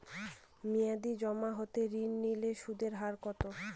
মেয়াদী জমা হতে ঋণ নিলে সুদের হার কত?